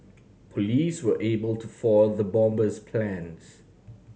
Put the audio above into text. police were able to foil the bomber's plans